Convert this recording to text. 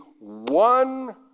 one